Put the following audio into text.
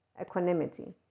equanimity